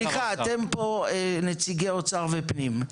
מיכאל מרדכי ביטון (יו"ר ועדת הכלכלה): אתם נציגי האוצר והפנים פה.